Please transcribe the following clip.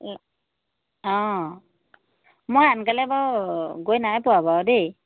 অঁ মই আনকালে বাৰু গৈ নাই পোৱা বাৰু দেই